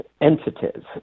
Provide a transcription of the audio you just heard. entities